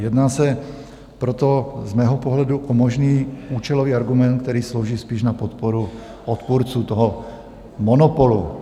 Jedná se proto z mého pohledu o možný účelový argument, který slouží spíš na podporu odpůrců toho monopolu.